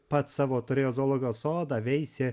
pats savo turėjo zoologijos sodą veisė